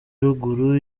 ruguru